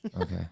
Okay